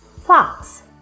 Fox